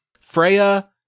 freya